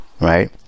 right